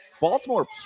Baltimore